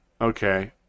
okay